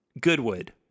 Goodwood